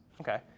Okay